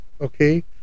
okay